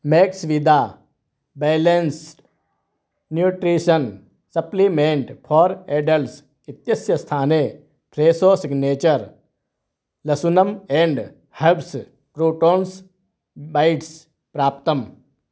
मेक्स्विदा balanced nutrition supplement for adults इत्यस्य स्थाने फ़्रेसो सिग्नेचर् लशुनम् एण्ड् हब्स् क्रूटोन्स् बैट्स् प्राप्तम्